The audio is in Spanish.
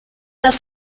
las